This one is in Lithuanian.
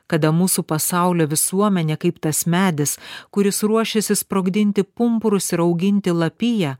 kada mūsų pasaulio visuomenė kaip tas medis kuris ruošiasi sprogdinti pumpurus ir auginti lapiją